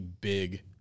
big